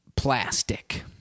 plastic